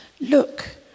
Look